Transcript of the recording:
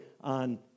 on